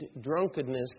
drunkenness